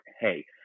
hey